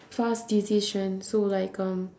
fast decision so like um